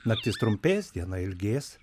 naktis trumpės diena ilgės